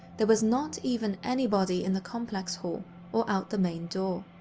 there was not even anybody in the complex hall or out the main door.